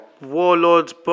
warlords